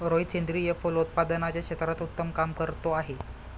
रोहित सेंद्रिय फलोत्पादनाच्या क्षेत्रात उत्तम काम करतो आहे